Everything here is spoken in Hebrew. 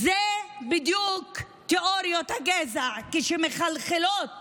אלה בדיוק תיאוריות הגזע שמחלחלות